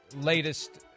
latest